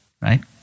right